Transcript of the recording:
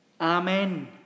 Amen